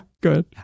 good